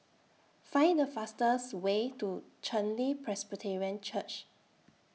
Find The fastest Way to Chen Li Presbyterian Church